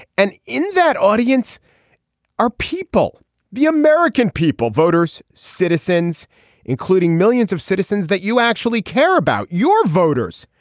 and in that audience are people the american people voters citizens including millions of citizens that you actually care about your voters.